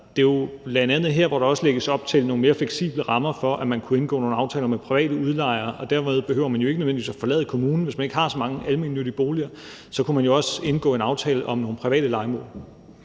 at det jo bl.a. er her, hvor der så lægges op til, at man kunne finde nogle mere fleksible rammer for, at man kunne indgå nogle aftaler med private udlejere, og dermed behøver man ikke nødvendigvis forlade kommunen. Hvis man ikke har så mange almennyttige boliger, kunne man jo også indgå en aftale om nogle private lejemål.